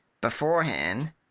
beforehand